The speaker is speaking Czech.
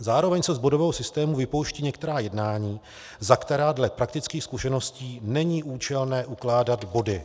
Zároveň se z bodového systému vypouští některá jednání, za která dle praktických zkušeností není účelné ukládat body.